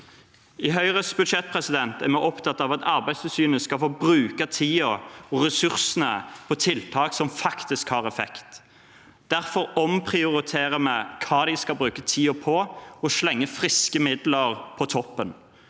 Høyres budsjett viser at man er opptatt av at Arbeidstilsynet skal få bruke tiden og ressursene på tiltak som faktisk har effekt. Derfor omprioriterer vi hva de skal bruke tiden på – og slenger friske midler på toppen.